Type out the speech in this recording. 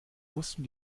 wussten